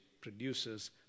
produces